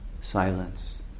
silence